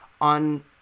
on